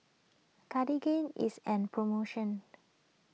Cartigain is an promotion